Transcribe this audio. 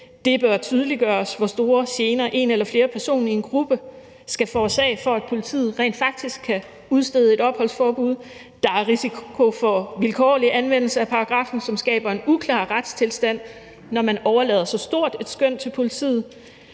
det bør tydeliggøres, hvor store gener en eller flere personer i en gruppe skal forårsage, for at politiet rent faktisk kan udstede et opholdsforbud; der er risiko for vilkårlig anvendelse af paragraffen, hvilket skaber en uklar retstilstand, når man overlader så stort et skøn til politiet;